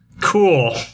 Cool